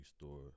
store